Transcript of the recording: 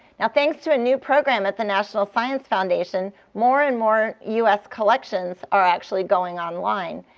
now, thanks to a new program at the national science foundation, more and more us collections are actually going online.